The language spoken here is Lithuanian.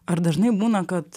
ar dažnai būna kad